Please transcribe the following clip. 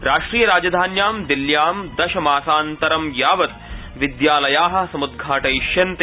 राष्ट्रिय राजधान्यां दिल्ल्याम् दश मासानन्तरं विद्यालया समुद्घाटविष्यन्ते